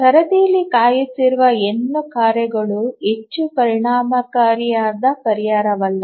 ಸರದಿಯಲ್ಲಿ ಕಾಯುತ್ತಿರುವ n ಕಾರ್ಯಗಳು ಹೆಚ್ಚು ಪರಿಣಾಮಕಾರಿಯಾದ ಪರಿಹಾರವಲ್ಲ